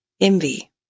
Envy